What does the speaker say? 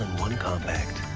one compact.